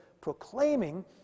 proclaiming